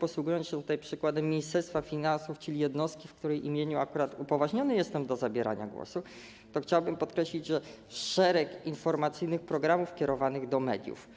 Posługując się przykładem Ministerstwa Finansów, czyli jednostki, w której imieniu jestem upoważniony do zabierania głosu, chciałbym podkreślić, że szereg informacyjnych programów kierowanych do mediów,